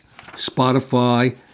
Spotify